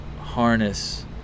harness